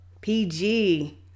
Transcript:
PG